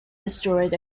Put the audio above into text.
destroyed